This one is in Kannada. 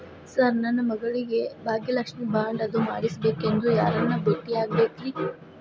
ಸರ್ ನನ್ನ ಮಗಳಿಗೆ ಭಾಗ್ಯಲಕ್ಷ್ಮಿ ಬಾಂಡ್ ಅದು ಮಾಡಿಸಬೇಕೆಂದು ಯಾರನ್ನ ಭೇಟಿಯಾಗಬೇಕ್ರಿ?